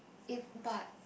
eh but